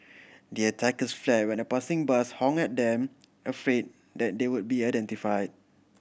the attackers fled when a passing bus honked at them afraid that they would be identify